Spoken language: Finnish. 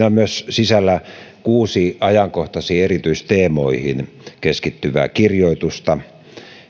on sisällä myös kuusi ajankohtaisiin erityisteemoihin keskittyvää kirjoitusta